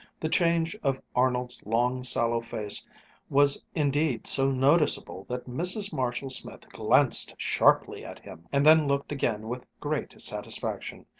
the change of arnold's long sallow face was indeed so noticeable that mrs. marshall-smith glanced sharply at him, and then looked again with great satisfaction.